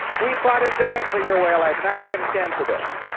we fought and died for your way of life, and i'm not gonna stand for this.